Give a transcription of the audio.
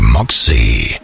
Moxie